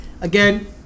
again